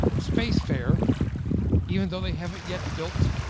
space fair even though they haven't yet built